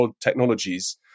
technologies